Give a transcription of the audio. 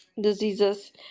diseases